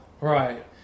right